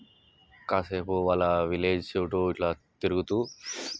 కాసేపు వాళ్ళ విలేజ్ చోటు ఇట్లా తిరుగుతు